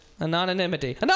Anonymity